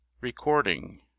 Recording